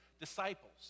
disciples